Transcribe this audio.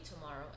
tomorrow